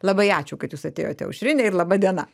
labai ačiū kad jūs atėjote aušrine ir laba diena